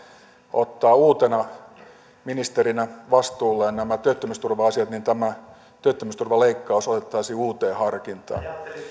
ottaa uutena ministerinä vastuulleen nämä työttömyysturva asiat niin työttömyysturvaleikkaus otettaisiin uuteen harkintaan